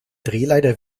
drehleiter